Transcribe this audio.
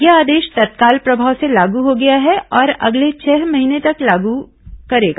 ये आदेश तत्काल प्रभाव से लागू हो गया है और अगले छह महीने तक लागू करेगा